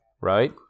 right